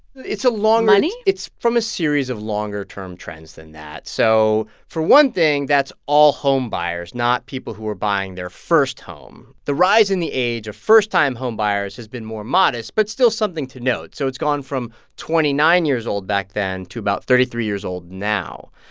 it's a. money? it's from a series of longer term trends than that. so for one thing, that's all homebuyers not people who are buying their first home. the rise in the age of first-time homebuyers has been more modest but still something to note. so it's gone from twenty nine years old back then to about thirty three years old now,